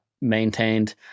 maintained